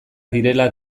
direla